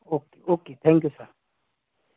okay okay thank you sir